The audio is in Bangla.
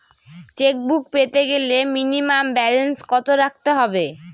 চেকবুক পেতে গেলে মিনিমাম ব্যালেন্স কত রাখতে হবে?